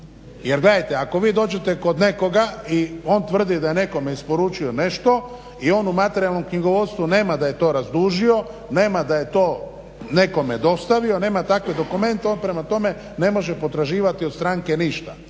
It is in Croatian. Jer gledajte, ako vi dođete kod nekoga i on tvrdi da je on nekome isporučio nešto i on u materijalnom knjigovodstvu nema da je to razdužio nema da je to nekome dostavio nema takve dokumente on prema tome ne može potraživati od stranke ništa.